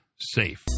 safe